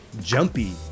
Jumpy